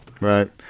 Right